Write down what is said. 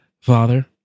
Father